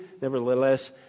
Nevertheless